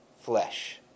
flesh